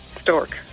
Stork